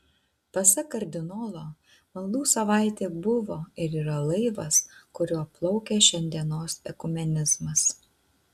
pasak kardinolo maldų savaitė buvo ir yra laivas kuriuo plaukia šiandienos ekumenizmas